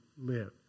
live